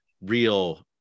real